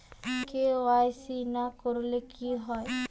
KYC না করলে কি হয়?